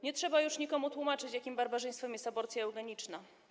Nie trzeba już nikomu tłumaczyć, jakim barbarzyństwem jest aborcja eugeniczna.